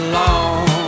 long